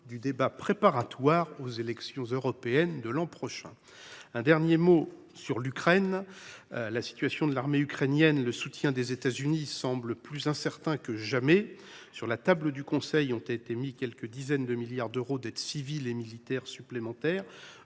dans la campagne des élections européennes de l’année prochaine. Un dernier mot sur l’Ukraine : la situation de l’armée ukrainienne et le soutien des États Unis paraissent plus incertains que jamais. Sur la table du Conseil ont été mis quelques dizaines de milliards d’euros d’aide civile et militaire supplémentaires.